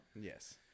yes